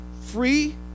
free